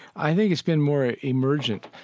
i think it's been more emergent.